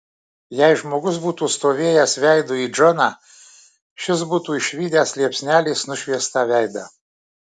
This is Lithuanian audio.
jei žmogus būtų stovėjęs veidu į džoną šis būtų išvydęs liepsnelės nušviestą veidą